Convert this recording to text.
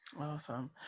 Awesome